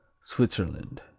Switzerland